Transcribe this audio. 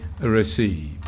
receive